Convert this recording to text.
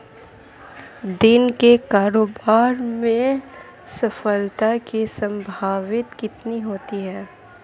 दिन के कारोबार में सफलता की संभावना कितनी होती है?